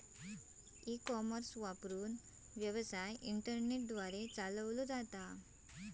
E commerce वापरून, व्यवसाय internet द्वारे चालवलो जाता